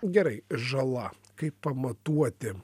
gerai žala kaip pamatuoti